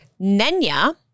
Nenya